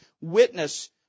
witness